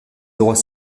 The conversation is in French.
droits